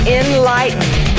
enlightened